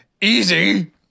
Easy